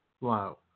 low